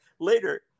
later